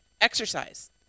Exercise